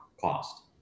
cost